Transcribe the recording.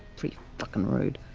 pretty fucking rude.